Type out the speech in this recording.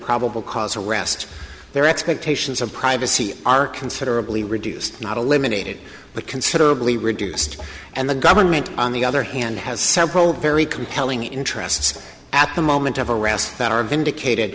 probable cause arrest their expectations of privacy are considerably reduced not eliminated but considerably reduced and the government on the other hand has several very compelling interests at the moment